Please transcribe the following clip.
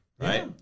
right